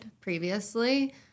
previously